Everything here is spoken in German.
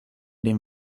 den